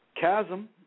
Chasm